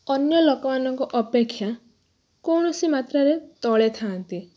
ଅନ୍ୟ ଲୋକମାନଙ୍କ ଅପେକ୍ଷା କୌଣସି ମାତ୍ରାରେ ତଳେ ଥାଆନ୍ତି